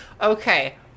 Okay